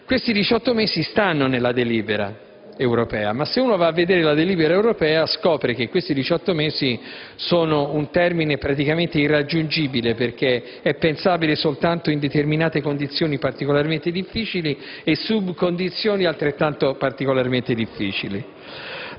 Questi 18 mesi stanno nella delibera europea, ma se si va a vedere tale delibera si scopre che quei 18 mesi sono un termine praticamente irraggiungibile, perché è pensabile soltanto in determinate condizioni particolarmente difficili e subcondizioni altrettanto particolarmente difficili.